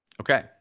Okay